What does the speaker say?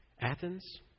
Athens